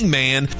man